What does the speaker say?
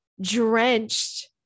drenched